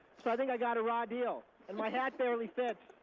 so i think i got a raw deal. and my hat barely fits.